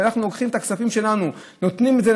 שאנחנו לוקחים את הכספים שלנו ונותנים את זה,